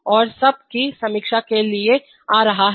और सबक की समीक्षा के लिए आ रहा है